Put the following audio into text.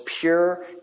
pure